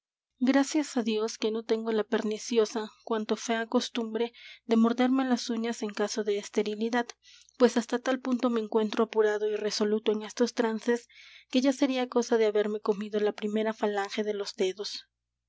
gracias á dios que no tengo la perniciosa cuanto fea costumbre de morderme las uñas en caso de esterilidad pues hasta tal punto me encuentro apurado é irresoluto en estos trances que ya sería cosa de haberme comido la primera falange de los dedos